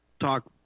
talk